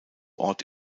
ort